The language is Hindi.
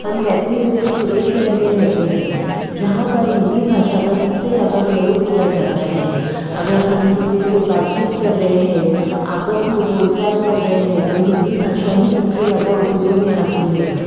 हम बैतूल जैसे छोटे शहर में रहते हैं जहाँ पर हिंदी भाषा का सबसे ज़्यादा प्रयोग किया जाता है अगर हम किसी से बात चीत कर रहे हैं आपस में बोल चाल कर रहे हैं तो हिंदी भाषा ही सबसे ज़्यादा उपयोग में आती है